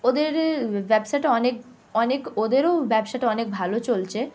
ওদের ব্যবসাটা অনেক অনেক ওদেরও ব্যবসাটা অনেক ভালো চলছে